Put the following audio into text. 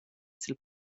sil